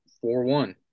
four-one